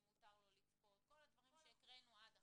אם מותר לו לצפות כל הדברים שקראנו עד עכשיו,